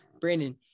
Brandon